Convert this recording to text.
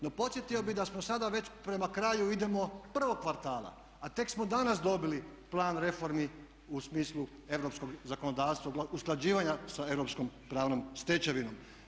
No, podsjetio bih da smo sada već prema kraju idemo prvog kvartala, a tek smo danas dobili Plan reformi u smislu europskog zakonodavstva, usklađivanja sa europskom pravnom stečevinom.